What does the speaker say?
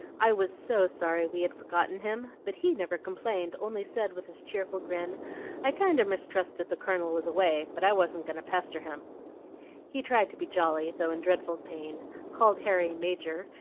i was so sorry we had forgotten him! but he never complained, only said, with his cheerful grin i kinder mistrusted the colonel was away, but i wasn't goin' to pester him he tried to be jolly, though in dreadful pain called harry major,